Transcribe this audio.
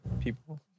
people